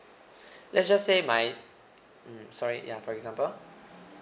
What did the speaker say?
let's just say my mm sorry ya for example